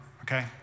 okay